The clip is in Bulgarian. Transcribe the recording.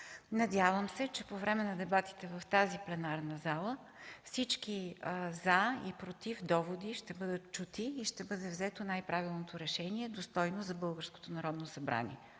Надявам се, че по време на дебатите в тази пленарна зала всички доводи „за” и „против” ще бъдат чути и ще бъде взето най-правилното решение, достойно за